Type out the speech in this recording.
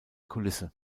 kulisse